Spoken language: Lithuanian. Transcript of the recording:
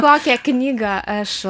kokią knygą aš